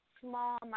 small